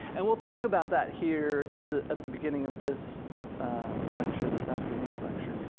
and we'll talk about that here at the at the beginning of this lecture, this afternoon's lecture.